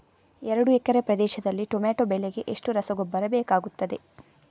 ಎರಡು ಎಕರೆ ಪ್ರದೇಶದಲ್ಲಿ ಟೊಮ್ಯಾಟೊ ಬೆಳೆಗೆ ಎಷ್ಟು ರಸಗೊಬ್ಬರ ಬೇಕಾಗುತ್ತದೆ?